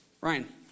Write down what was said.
Ryan